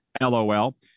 LOL